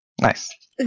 Nice